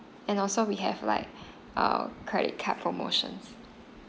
and also we have like uh credit card promotions